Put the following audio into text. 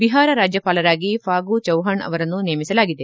ಬಿಹಾರ ರಾಜ್ಯವಾಲರಾಗಿ ಫಾಗು ಚೌಹಾಣ್ ಅವರನ್ನು ನೇಮಿಸಲಾಗಿದೆ